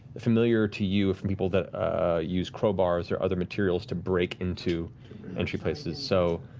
familiar to you from people that use crowbars or other materials to break into entry places. so